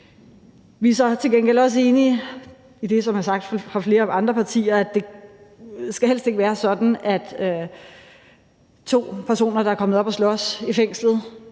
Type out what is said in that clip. Vi er så til gengæld også enige i det, som er sagt af flere andre partier, altså at det helst ikke skal være sådan, at to personer, der er kommet op at slås i fængslet,